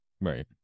Right